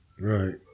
Right